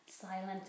silent